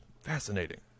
Fascinating